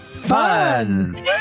Fun